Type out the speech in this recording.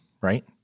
right